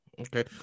Okay